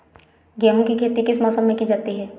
गेहूँ की खेती किस मौसम में की जाती है?